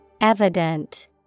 Evident